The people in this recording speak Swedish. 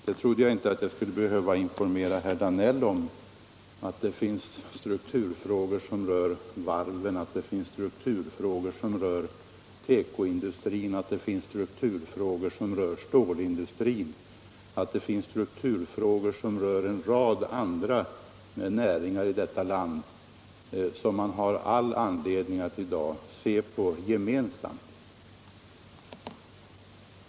Jag trodde inte att jag skulle behöva informera herr Danell om att det finns strukturfrågor som rör varven, teko-industrin, stålindustrin och en rad andra näringar i detta land och som man har all anledning att i dag se på gemensamt.